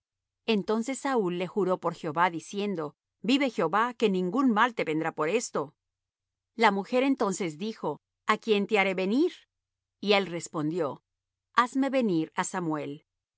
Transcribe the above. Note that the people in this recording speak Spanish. entoces saúl le juró por jehová diciendo vive jehová que ningún mal te vendrá por esto la mujer entonces dijo a quién te haré venir y él respondió hazme venir á samuel